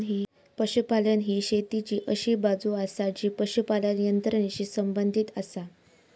पशुपालन ही शेतीची अशी बाजू आसा जी पशुपालन यंत्रणेशी संबंधित आसा